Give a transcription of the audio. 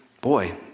boy